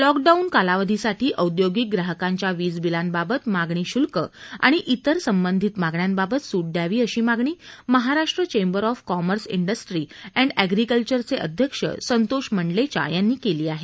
lockdown कालावधीसाठी औद्योगिक ग्राहकांच्या वीज बिलांबाबत मागणी शुल्क व तिर संबंधित मागण्यांबाबत सुट द्यावी अशी मागणी Maharashtra chamber of commerce industry and अग्रिकल्वरचे अध्यक्ष संतोष मंडलेचा यांनी केली आहे